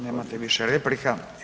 Nemate više replika.